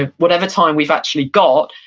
ah whatever time we've actually got,